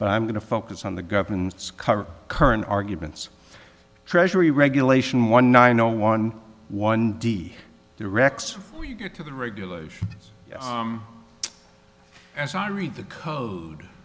but i'm going to focus on the government's cover current arguments treasury regulation one nine zero one one d directs you to the regulation as i read the code